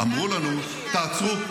-- אמרנו לנו: תעצרו.